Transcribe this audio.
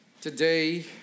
Today